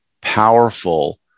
powerful